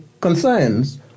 concerns